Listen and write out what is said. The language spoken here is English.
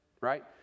right